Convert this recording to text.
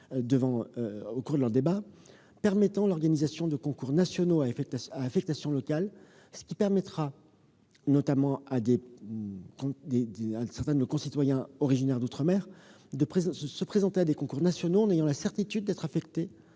du Gouvernement, de permettre l'organisation de concours nationaux à affectation locale, ce qui permettra notamment à certains de nos concitoyens originaires d'outre-mer de se présenter à des concours nationaux en ayant la certitude d'être affectés